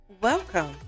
Welcome